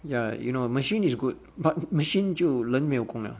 ya you know err machine is good but machine 就人没有工了